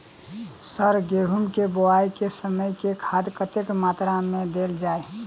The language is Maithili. सर गेंहूँ केँ बोवाई केँ समय केँ खाद कतेक मात्रा मे देल जाएँ?